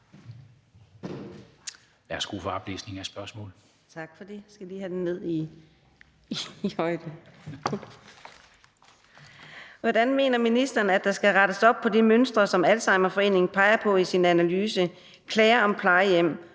Hvordan mener ministeren at der skal rettes op på de mønstre, som Alzheimerforeningen peger på i sin analyse »Klager om Plejehjem«